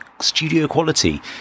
studio-quality